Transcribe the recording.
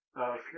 Okay